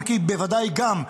אם כי בוודאי גם,